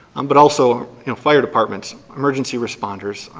um but also fire departments, emergency responders,